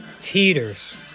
teeters